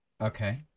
Okay